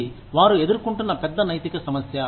అది వారు ఎదుర్కొంటున్న పెద్ద నైతిక సమస్య